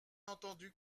entendu